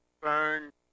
burn